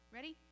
Ready